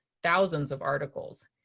thousands of articles,